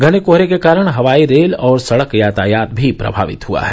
घने कोहरे के कारण हवाई रेल और सड़क यातायात भी प्रभावित हुआ है